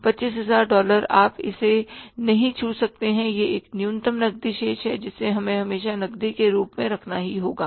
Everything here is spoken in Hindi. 25000 डॉलर आप इसे नहीं छू सकते हैं यह एक न्यूनतम नकदी शेष है जिसे हमें हमेशा नकदी के रूप में रखना पड़ता है